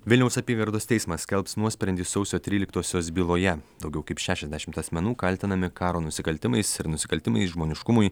vilniaus apygardos teismas skelbs nuosprendį sausio tryliktosios byloje daugiau kaip šešiasdešimt asmenų kaltinami karo nusikaltimais ir nusikaltimais žmoniškumui